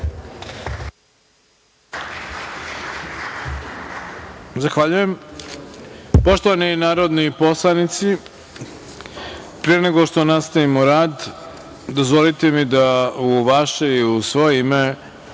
Zahvaljujem. Poštovani narodni poslanici, pre nego što nastavimo rad, dozvolite mi da u vaše i u svoje ime